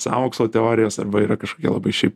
sąmokslo teorijas arba yra kažkokie labai šiaip